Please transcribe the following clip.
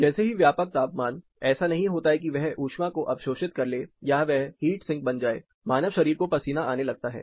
जैसे ही व्यापक तापमान ऐसा नहीं होता कि वह ऊष्मा को अवशोषित कर ले या वह हीट सिंक बन जाए मानव शरीर को पसीना आने लगता है